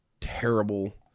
terrible